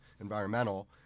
environmental